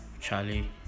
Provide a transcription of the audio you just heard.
Charlie